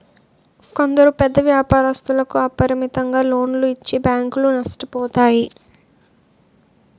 కొందరు పెద్ద వ్యాపారస్తులకు అపరిమితంగా లోన్లు ఇచ్చి బ్యాంకులు నష్టపోతాయి